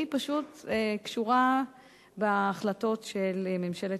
היא פשוט קשורה להחלטות של ממשלת,